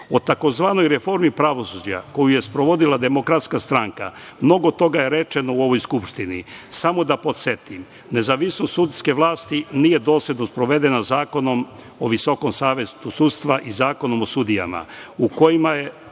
tzv. reformi pravosuđa koju je sprovodila Demokratska stranka mnogo toga je rečeno u ovoj Skupštini. Samo da podsetim. Nezavisnost sudske vlasti nije dosledno sprovedena Zakonom o Visokom savetu sudstva i Zakonom o sudijama, u kojima je